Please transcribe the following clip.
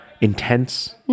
intense